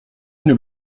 nous